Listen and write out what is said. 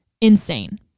insane